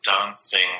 dancing